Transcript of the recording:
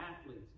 athletes